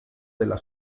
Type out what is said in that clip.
della